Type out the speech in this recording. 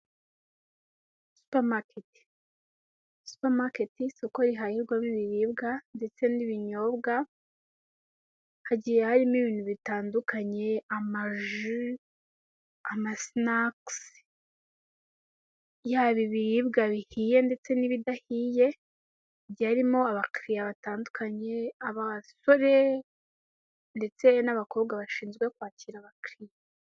Supermarket, supermarket isoko rihahirwamo ibiribwa ndetse n'ibinyobwa, hagiye harimo ibintu bitandukanye amaji, amasinakisi, yaba ibiribwa bihiye ndetse n'ibidahiye, agiye arimo abakiriya batandukanye, abasore ndetse n'abakobwa bashinzwe kwakira abakiriya.